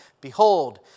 Behold